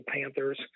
Panthers